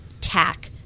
tack